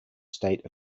state